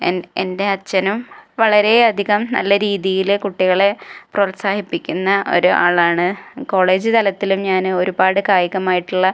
എൻ്റെ അച്ഛനും വളരെ അധികം നല്ല രീതിയിൽ കുട്ടികളെ പ്രോത്സാഹിപ്പിക്കുന്ന ഒരു ആളാണ് കോളേജ് തലത്തിലും ഞാൻ ഒരുപാട് കായികമായിട്ടുള്ള